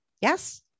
Yes